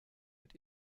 mit